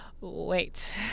Wait